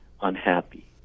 unhappy